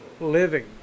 living